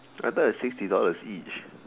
I thought it's sixty dollars each